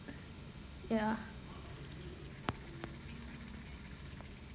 ya